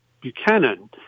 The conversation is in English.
Buchanan